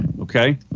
okay